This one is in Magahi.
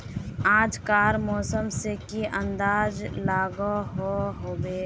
आज कार मौसम से की अंदाज लागोहो होबे?